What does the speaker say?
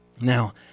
Now